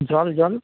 জল জল